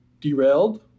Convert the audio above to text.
derailed